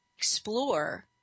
Explore